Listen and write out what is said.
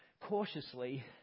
cautiously